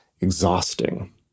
exhausting